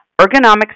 ergonomics